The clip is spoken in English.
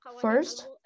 First